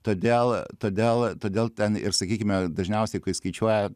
todėl todėl todėl ten ir sakykime dažniausiai kai skaičiuoja